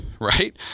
right